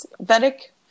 Vedic